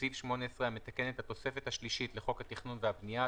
בסעיף 18 המתקן את התוספת השלישית לחוק התכנון והבנייה,